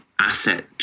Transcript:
asset